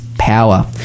power